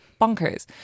Bonkers